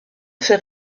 fait